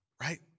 right